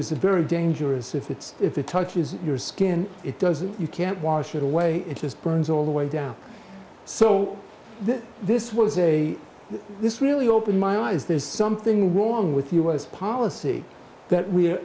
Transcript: is a very dangerous if it's if it touches your skin it doesn't you can't wash it away it just burns all the way down so that this was a this really opened my eyes there's something wrong with u s policy that we